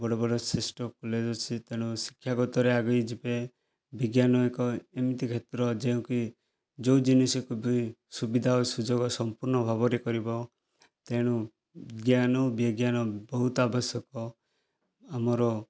ବଡ଼ ବଡ଼ ଶ୍ରେଷ୍ଠ କଲେଜ୍ ଅଛି ତେଣୁ ଶିକ୍ଷାଗତରେ ଆଗେଇ ଯିବେ ବିଜ୍ଞାନ ଏକ ଏମତି କ୍ଷେତ୍ର ଯେଉଁକି ଯେଉଁ ଜିନିଷକୁ ବି ସୁବିଧା ଓ ସୁଯୋଗ ସମ୍ପୁର୍ଣ୍ଣ ଭାବରେ କରିବ ତେଣୁ ଜ୍ଞାନ ଓ ବିଜ୍ଞାନ ବହୁତ ଆବଶ୍ୟକ ଆମର